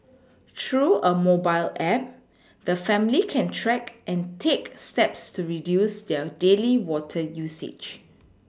through a mobile app the family can track and take steps to reduce their daily water usage